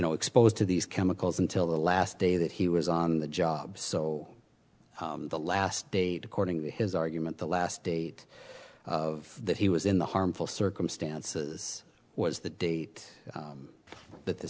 know exposed to these chemicals until the last day that he was on the job so the last day according to his argument the last date of that he was in the harmful circumstances was the date